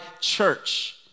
church